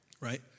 right